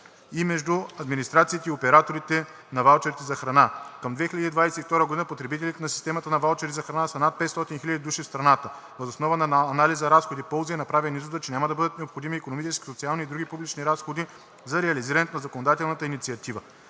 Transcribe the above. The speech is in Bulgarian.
и между администрациите и операторите на ваучери за храна. Към 2022 г. потребителите на системата на ваучери за храна са над 500 хиляди души в страната. Въз основа на анализа на разходи и ползи е направен извода, че няма да бъдат необходими икономически, социални и други публични разходи за реализирането на законодателната инициатива.